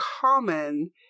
common